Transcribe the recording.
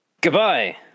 Goodbye